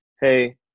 hey